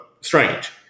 strange